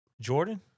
Jordan